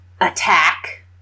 attack